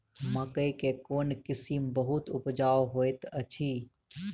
मकई केँ कोण किसिम बहुत उपजाउ होए तऽ अछि?